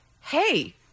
Hey